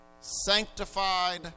sanctified